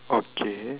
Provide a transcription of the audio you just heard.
okay